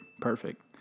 Perfect